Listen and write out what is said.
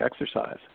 exercise